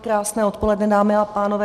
Krásné odpoledne dámy a pánové.